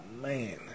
man